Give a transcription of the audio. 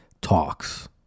talks